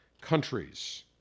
countries